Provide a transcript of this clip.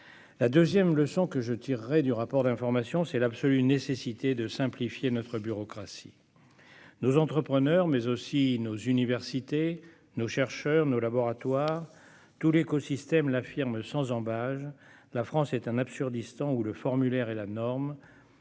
La seconde leçon que je tire du rapport d'information, c'est l'absolue nécessité de simplifier notre bureaucratie. Nos entrepreneurs, mais aussi nos universités, nos chercheurs, nos laboratoires, tout l'écosystème l'affirme sans ambages : la France est un Absurdistan, où le formulaire est la norme